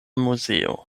muzeo